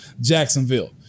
Jacksonville